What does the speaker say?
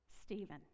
Stephen